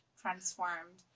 transformed